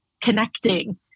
connecting